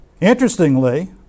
Interestingly